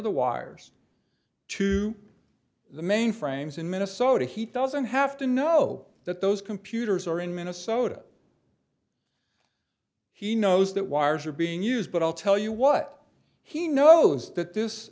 the wires to the mainframes in minnesota he doesn't have to know that those computers are in minnesota he knows that wires are being used but i'll tell you what he knows that this